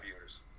years